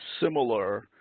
similar